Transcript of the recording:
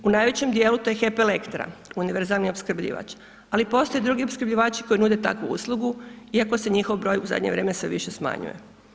U najvećem dijelu to je HEP Elektra univerzalni opskrbljivač ali postoje i drugi opskrbljivači koji nude takvu uslugu iako se njihov broj u zadnje vrijeme sve više smanjuje.